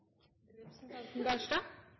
representanten Barstad